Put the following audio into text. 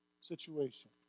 situation